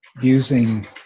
using